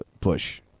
push